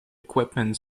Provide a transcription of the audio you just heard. equipment